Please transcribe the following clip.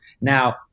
Now